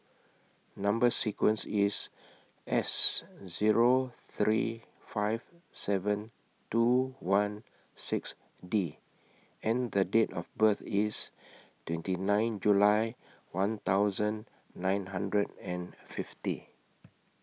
Number sequence IS S Zero three five seven two one six D and The Date of birth IS twenty nine July one thousand nine hundred and fifty